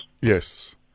Yes